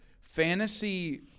fantasy